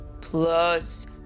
Plus